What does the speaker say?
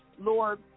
Lord